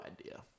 idea